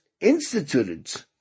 instituted